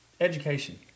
education